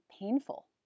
painful